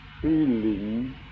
feeling